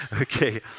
okay